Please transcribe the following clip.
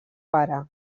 para